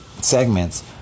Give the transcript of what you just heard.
segments